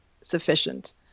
sufficient